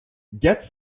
get